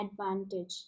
advantage